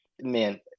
man